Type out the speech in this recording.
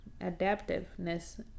Adaptiveness